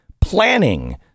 planning